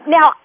Now